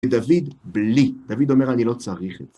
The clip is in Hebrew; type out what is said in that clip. דוד בלי, דוד אומר אני לא צריך את זה.